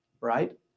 right